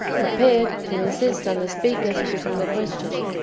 prepared to insist on the speaker's putting the question.